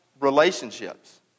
relationships